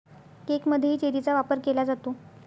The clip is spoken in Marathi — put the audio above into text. केकमध्येही चेरीचा वापर केला जातो